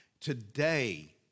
Today